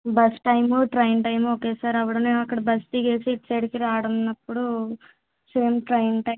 bus time train time ఒకేసారి అవ్వడమే అక్కడ బస్ దిగేసి ఇటు సైడుకి రావడం అన్నప్పుడు సేమ్ ట్రైన్ టైమ్